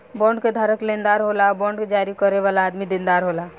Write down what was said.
bond के धारक लेनदार होला आ बांड जारी करे वाला आदमी देनदार होला